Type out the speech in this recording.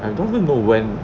I don't even know when